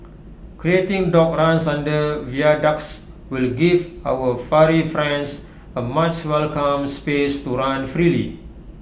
creating dog runs under viaducts will give our furry friends A much welcome space to run freely